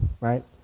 right